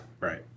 right